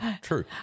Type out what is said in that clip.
true